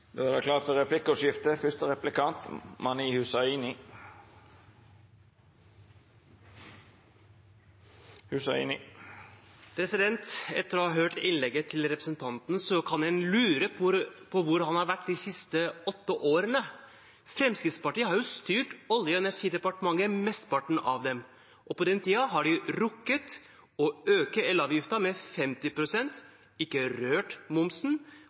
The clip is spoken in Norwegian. det vil eg. Då har representanten Frank Edvard Sve teke opp dei forslaga han refererte til. Det vert replikkordskifte. Etter å ha hørt innlegget til representanten kan en lure på hvor han har vært de siste åtte årene. Fremskrittspartiet har jo styrt Olje- og energidepartementet mesteparten av dem, og på den tiden har de rukket å øke elavgiften med